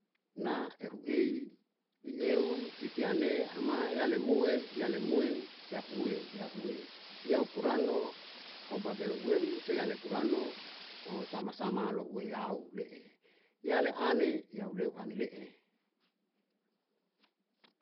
Na ehu ei i eu titi ane ama yale mue yale mue ya ue ya ue yau kurano au bagale uem sei yale kurano o sama sama louwe yau le'e, yale ane, yau leu anu le'e.